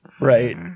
right